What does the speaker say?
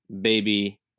Baby